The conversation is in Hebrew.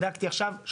בדקתי עכשיו,